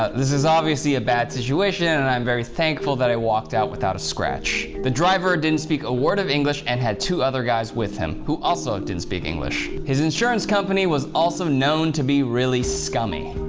this is obviously a bad situation and i'm very thankful that i walked out without a scratch. the driver didn't speak a word of english and had two other guys with him who also didn't speak english. his insurance company was also known to be really scummy.